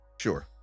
Sure